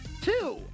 Two